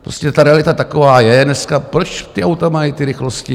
Prostě ta realita taková je dneska, proč ta auta mají ty rychlosti?